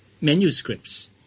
manuscripts